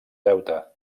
deute